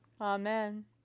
Amen